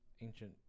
ancient